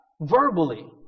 verbally